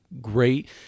great